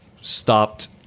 stopped